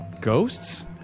Ghosts